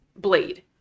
Blade